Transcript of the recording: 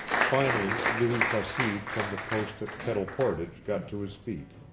finally louis placide from the post at kettle portage got to his feet.